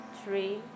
three